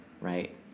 right